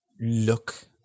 look